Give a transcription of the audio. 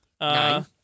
Nine